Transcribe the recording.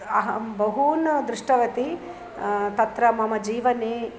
अहं बहून् दृष्टवती तत्र मम जीवने